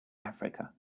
africa